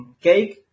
CAKE